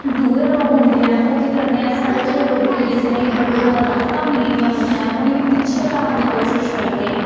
दूए लोक होंदे ऐं ओह् केह् करदे ऐं साढ़े जेह् लोकें गी जिनेंगी बड़ी ज्यादा राहतां मिली दियां होंदियां ऐ उ'नेंगी पिच्छे ट्हान दी कोशिश करदे ऐ